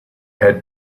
had